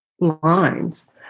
lines